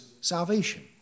salvation